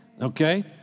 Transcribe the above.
Okay